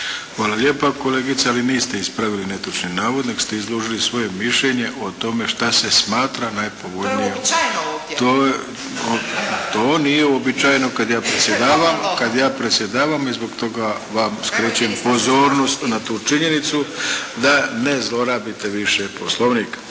Hvala lijepa kolegice, ali niste ispravili netočni navod nego ste izložili svoje mišljenje o tome što se smatra najpovoljnijom. …/Upadica Antičević Marinović: To je uobičajeno ovdje!/… To nije uobičajeno kad ja predsjedavam, kad ja predsjedavam i zbog toga vam uskraćujem pozornost na tu činjenicu da ne zlorabite više Poslovnik.